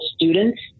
students